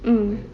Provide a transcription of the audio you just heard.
mm